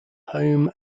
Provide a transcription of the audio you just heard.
home